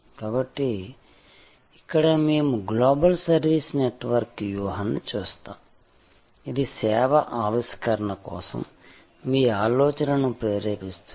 కాబట్టి ఇక్కడ మేము గ్లోబల్ సర్వీస్ నెట్వర్క్ వ్యూహాన్ని చూస్తాము ఇది సేవ ఆవిష్కరణ కోసం మీ ఆలోచనను ప్రేరేపిస్తుంది